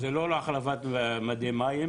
זה לא החלפת מדי מים,